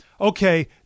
okay